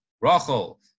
Rachel